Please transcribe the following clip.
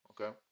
okay